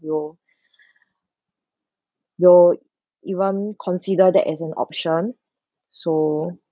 will will even consider that as an option so